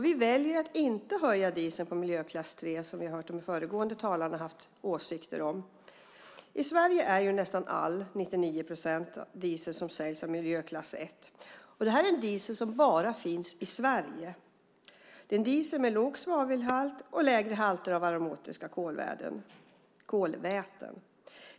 Vi väljer att inte höja skatten på miljöklass 3, som vi har hört de föregående talarna ha åsikter om. I Sverige är nästan all diesel som säljs, 99 procent, av miljöklass 1. Det här är en diesel som bara finns i Sverige. Det är en diesel med låg svavelhalt och lägre halter av aromatiska kolväten.